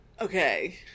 Okay